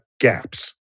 gaps